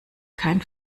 kein